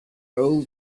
old